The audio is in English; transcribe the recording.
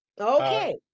Okay